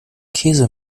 käse